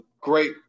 great